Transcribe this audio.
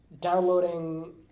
downloading